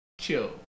Chill